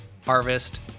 harvest